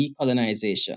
decolonization